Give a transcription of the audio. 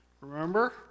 Remember